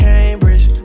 Cambridge